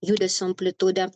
judesių amplitudę